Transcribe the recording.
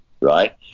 right